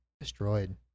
destroyed